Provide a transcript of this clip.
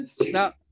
Now